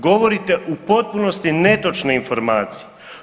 Govorite u potpunosti netočne informacije.